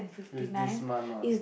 is this month one